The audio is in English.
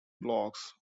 blogs